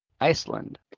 iceland